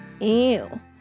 ew